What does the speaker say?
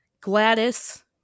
Gladys